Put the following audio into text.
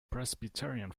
presbyterian